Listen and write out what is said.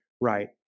right